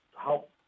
help